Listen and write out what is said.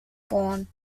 born